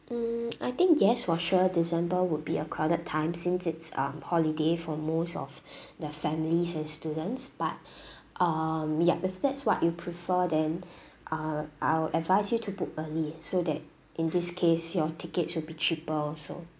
mm I think yes for sure december would be a crowded time since it's um holiday for most of the families and students but um yup if that's what you prefer then I'll I'll advise you to book early so that in this case your tickets will be cheaper also